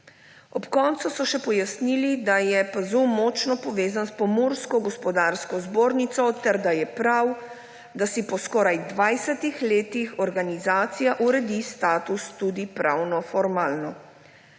Ob koncu so še pojasnili, da je PAZU močno povezan s Pomursko gospodarsko zbornico ter da je prav, da si po skoraj 20 letih organizacija uredi status tudi pravnoformalno.